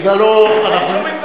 בגללו אנחנו,